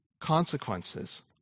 consequences